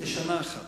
לשנה אחת,